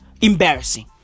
Embarrassing